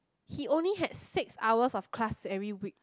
he only have six hours of class every week